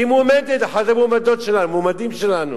היא מועמדת, אחת המועמדים שלנו.